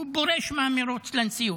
שהוא פורש מהמרוץ לנשיאות.